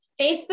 Facebook